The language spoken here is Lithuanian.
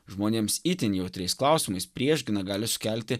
žmonėms itin jautriais klausimais priešgina gali sukelti